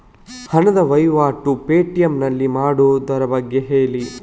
ಹಣದ ವಹಿವಾಟು ಪೇ.ಟಿ.ಎಂ ನಲ್ಲಿ ಮಾಡುವುದರ ಬಗ್ಗೆ ಹೇಳಿ